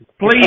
Please